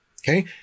Okay